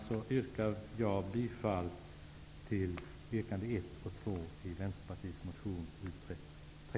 Jag yrkar med detta bifall till